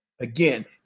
Again